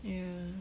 ya